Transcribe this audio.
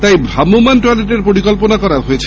তাই ভ্রাম্যমান টয়লেটের পরিকল্পনা করা হয়েছে